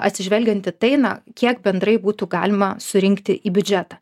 atsižvelgiant į tai na kiek bendrai būtų galima surinkti į biudžetą